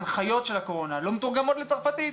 ההנחיות של הקורונה לא מתורגמות לצרפתית.